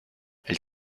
elle